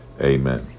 amen